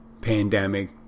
pandemic